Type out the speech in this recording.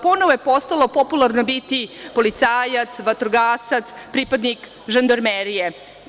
Ponovo je postalo popularno biti policajac, vatrogasac, pripadnik žandarmerije.